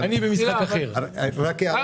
אני במשחק אחר --- שנייה,